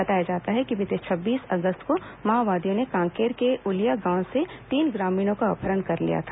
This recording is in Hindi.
बताया जाता है कि बीते छब्बीस अगस्त को माओवादियों ने कांकेर के उलिया गांव से तीन ग्रामीणों का अपहरण कर लिया था